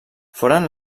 foren